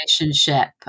relationship